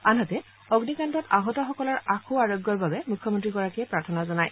আনহাতে অগ্নিকাণ্ডত আহতসকলৰ আশুআৰোগ্যৰ বাবে মুখ্যমন্ত্ৰীগৰাকীয়ে প্ৰাৰ্থনা জনায়